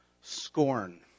scorn